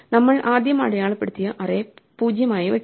നമ്മൾ ആദ്യം അടയാളപ്പെടുത്തിയ അറേ 0 ആയി വക്കുക